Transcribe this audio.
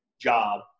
job